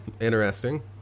Interesting